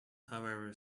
however